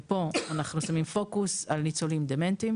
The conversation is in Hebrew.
ופה אנחנו שמים פוקוס על ניצולים דמנטיים